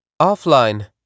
Offline